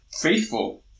faithful